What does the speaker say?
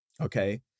Okay